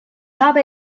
habe